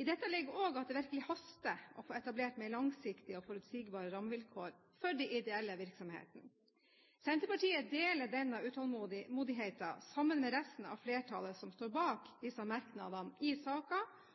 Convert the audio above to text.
I dette ligger det også at det virkelig haster med å få etablert mer langsiktige og forutsigbare rammevilkår for de ideelle virksomhetene. Senterpartiet deler denne utålmodigheten, sammen med resten av flertallet som står bak disse merknadene i